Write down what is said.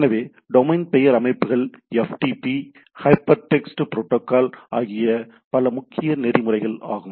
எனவே டொமைன் பெயர் அமைப்புகள் FTP ஹைபர்டெக்ஸ்ட் புரோட்டோகால் ஆகிய பல முக்கியமான நெறிமுறைகள் ஆகும்